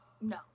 no